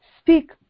Speak